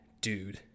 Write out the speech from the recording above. dude